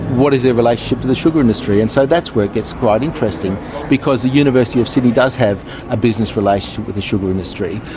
what is their relationship to the sugar industry? and so that's where it gets quite interesting because the university of sydney does have a business relationship with the sugar industry.